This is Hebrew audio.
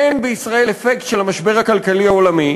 אין בישראל אפקט של המשבר הכלכלי העולמי,